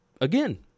again